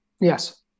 Yes